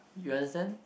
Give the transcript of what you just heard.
you understand